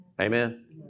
Amen